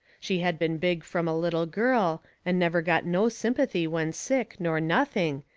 she had been big from a little girl, and never got no sympathy when sick, nor nothing,